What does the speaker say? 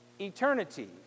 eternity